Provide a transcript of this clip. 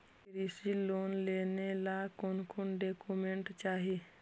कृषि लोन लेने ला कोन कोन डोकोमेंट चाही?